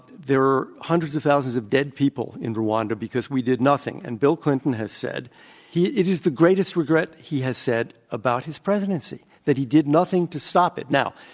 there are hundreds of thousands of dead people in rwanda because we did nothing. and bill clinton has said it is the greatest regret, he has said, about his presidency, that he did nothing to stop it. now,